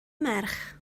merch